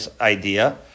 idea